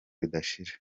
ridashira